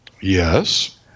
yes